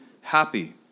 happy